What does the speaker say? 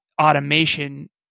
automation